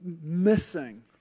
missing